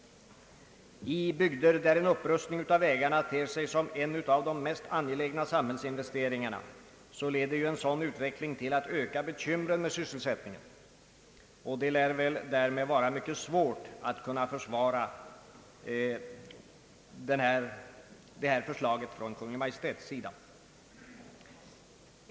I bygder där en upprustning av vägarna ter sig som en av de mest angelägna samhällsinvesteringarna leder ju en sådan utveckling till ökade bekymmer med sysselsättningen, och det är därför mycket svårt att försvara detta förslag från Kungl. Maj:t.